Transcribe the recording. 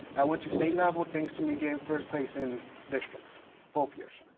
i went to state level thanks to me getting first place in districts both years.